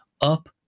up